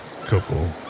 couple